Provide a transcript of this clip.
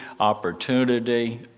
opportunity